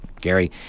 Gary